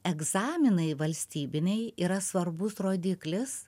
egzaminai valstybiniai yra svarbus rodiklis